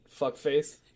fuckface